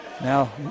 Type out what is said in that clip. Now